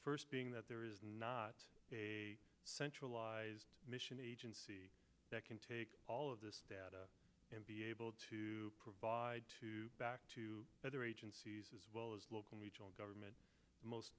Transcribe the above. first being that there is not a centralized mission agency that can take all of this data and be able to provide to back to the other agencies as well as local regional government most